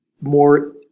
more